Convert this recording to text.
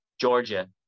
Georgia